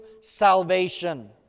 salvation